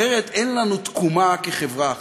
אחרת אין לנו תקומה כחברה אחת.